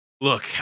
look